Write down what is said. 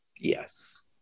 Yes